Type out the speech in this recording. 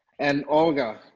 and olga,